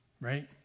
right